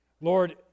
Lord